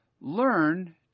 learn